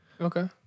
Okay